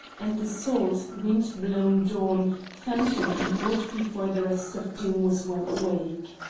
and the salt, wind-blown dawn found him abroad before the rest of doom was well awake.